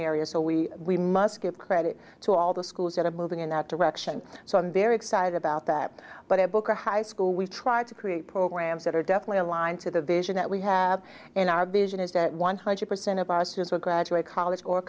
areas so we we must give credit to all the schools that are moving in that direction so i'm very excited about that but i book a high school we've tried to create programs that are definitely aligned to the vision that we have in our vision is that one hundred percent of us years will graduate college or